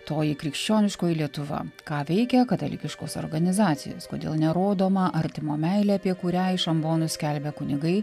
toji krikščioniškoji lietuva ką veikia katalikiškos organizacijos kodėl nerodoma artimo meilė apie kurią iš ambonų skelbia kunigai